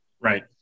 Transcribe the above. Right